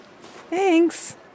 Thanks